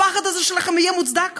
הפחד הזה שלכם יהיה מוצדק,